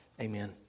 Amen